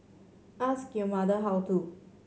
ask your mother how to